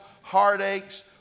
heartaches